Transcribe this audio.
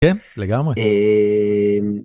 כן לגמרי. אאההממ...